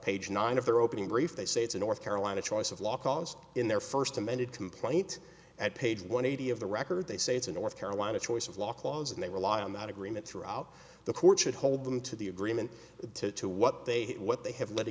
page nine of their opening brief they say it's an carolina choice of law cause in their first amended complaint at page one eighty of the record they say it's a north carolina choice of law clause and they rely on that agreement throughout the court should hold them to the agreement to to what they what they have let a